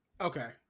Okay